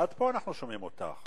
עד פה אנחנו שומעים אותך,